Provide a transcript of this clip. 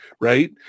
right